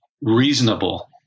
reasonable